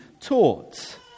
taught